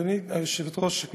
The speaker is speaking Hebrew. אדוני היושב-ראש,